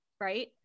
right